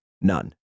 None